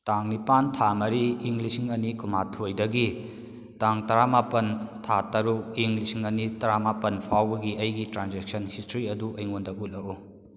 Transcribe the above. ꯇꯥꯡ ꯅꯤꯄꯥꯟ ꯊꯥ ꯃꯔꯤ ꯏꯪ ꯂꯤꯁꯤꯡ ꯑꯅꯤ ꯀꯨꯟꯃꯥꯊꯣꯏꯗꯒꯤ ꯇꯥꯡ ꯇꯔꯥꯃꯥꯄꯟ ꯊꯥ ꯇꯔꯨꯛ ꯏꯪ ꯂꯤꯁꯤꯡ ꯑꯅꯤ ꯇꯔꯥꯃꯥꯄꯟ ꯐꯥꯎꯕꯒꯤ ꯑꯩꯒꯤ ꯇ꯭ꯔꯥꯟꯖꯦꯛꯁꯟ ꯍꯤꯁꯇ꯭ꯔꯤ ꯑꯗꯨ ꯑꯩꯉꯣꯟꯗ ꯎꯠꯂꯛꯎ